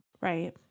Right